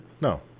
No